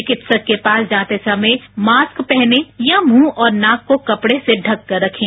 विकित्सक के पास जाते समय मास्क पहने या मुह और नाक को कपड़े से ढक्कर रखें